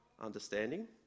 understanding